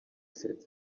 said